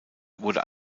wurde